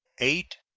eight,